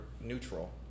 neutral